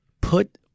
put